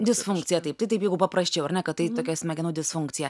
disfunkcija taip taip jeigu paprasčiau ar ne kad tai tokia smegenų disfunkcija